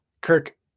Kirk